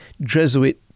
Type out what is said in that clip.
Jesuit